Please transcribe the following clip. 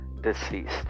Deceased